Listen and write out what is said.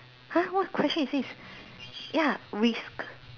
!huh! what question is this ya risk